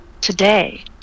today